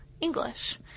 English